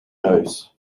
neus